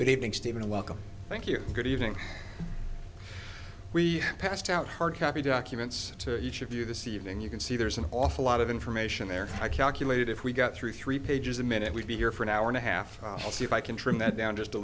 good evening stephen welcome thank you good evening we passed out hard copy documents to each of you this evening you can see there's an awful lot of information there i calculated if we got through three pages a minute we'd be here for an hour and a half see if i can trim that down just a